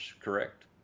correct